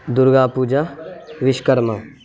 Durga Puja Vishwakarma